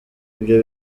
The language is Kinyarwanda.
ibyo